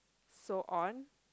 so on